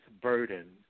burden